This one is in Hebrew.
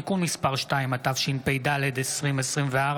התשפ"ד 2024,